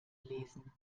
lesen